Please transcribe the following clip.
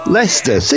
Leicester